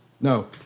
no